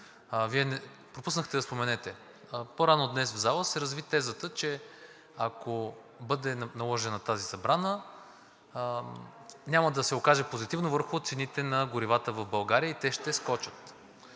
Вие пропуснахте да споменете. По-рано днес в залата се разви тезата, че ако бъде наложена тази забрана, няма да се отрази позитивно върху цените на горивата в България и те ще скочат.